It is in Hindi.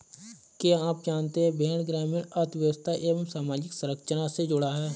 क्या आप जानते है भेड़ ग्रामीण अर्थव्यस्था एवं सामाजिक संरचना से जुड़ा है?